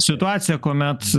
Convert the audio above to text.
situaciją kuomet